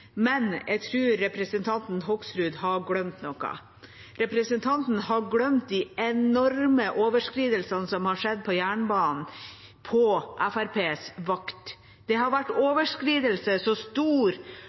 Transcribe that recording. men jeg tror representanten Hoksrud har glemt noe: Representanten har glemt de enorme overskridelsene som har skjedd på jernbanen på Fremskrittspartiets vakt. Det har vært